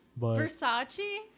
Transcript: Versace